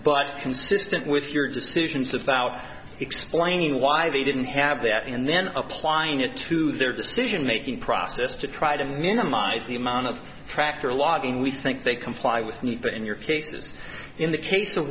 but consistent with your decisions of thout planing why they didn't have that and then applying it to their decision making process to try to minimize the amount of tractor logging we think they complied with need but in your cases in the case of